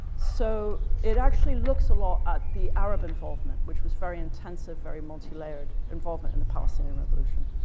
so it actually looks a lot at the arab involvement which was very intensive, very multi-layered involvement in the palestinian revolution.